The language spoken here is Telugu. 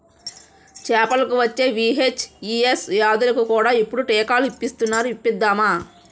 చేపలకు వచ్చే వీ.హెచ్.ఈ.ఎస్ వ్యాధులకు కూడా ఇప్పుడు టీకాలు ఇస్తునారు ఇప్పిద్దామా